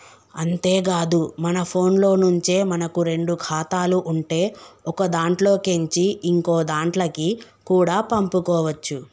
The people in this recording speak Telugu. అంతేకాదు మన ఫోన్లో నుంచే మనకు రెండు ఖాతాలు ఉంటే ఒకదాంట్లో కేంచి ఇంకోదాంట్లకి కూడా పంపుకోవచ్చు